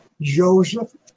Joseph